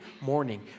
morning